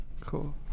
Cool